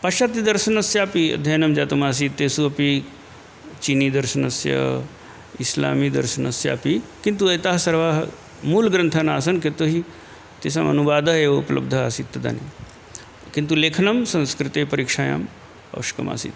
पश्यति दर्शनस्य अपि अध्ययनं जातमासीत् तेषु अपि चीनी दर्शनस्य इस्लामी दर्श्यनस्यापि किन्तु एताः सर्वाः मूलग्रन्थाः नासन् यतो हि तेषाम् अनुवादः एव उपलब्धः आसीत् तदानीं किन्तु लेखनं संस्कृतपरीक्षायाम् आवश्यकम् आसीत्